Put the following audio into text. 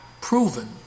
proven